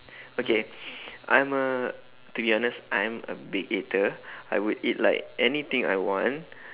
okay I'm a to be honest I am a big eater I would eat like anything I want